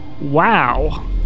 wow